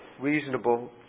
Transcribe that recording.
reasonable